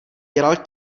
dělal